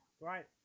Right